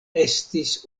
estis